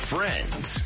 Friends